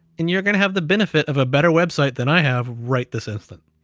and you're gonna have the benefit of a better website than i have right this instant.